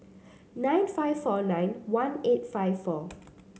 nine five four nine one eight five four